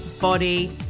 body